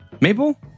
maple